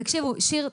תקשיבו שיר,